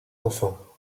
enfants